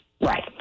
Right